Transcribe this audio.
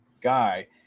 guy